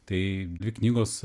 tai dvi knygos